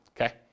Okay